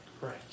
Right